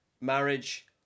marriage